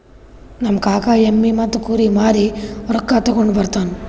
ನಮ್ ಕಾಕಾ ಎಮ್ಮಿ ಮತ್ತ ಕುರಿ ಮಾರಿ ರೊಕ್ಕಾ ತಗೊಂಡ್ ಬರ್ತಾನ್